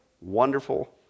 wonderful